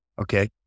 Okay